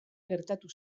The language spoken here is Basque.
gertatu